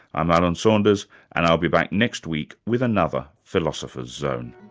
i'm alan saunders and i'll be back next week with another philosopher's zone